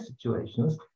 situations